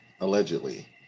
Allegedly